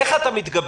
איך אתה מתגבר,